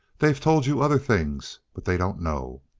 they've told you other things, but they don't know.